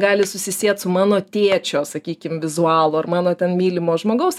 gali susisiet su mano tėčio sakykim vizualu ar mano ten mylimo žmogaus